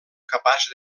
capaç